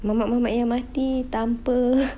mamat-mamat yang mati tanpa